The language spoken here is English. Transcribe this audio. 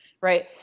right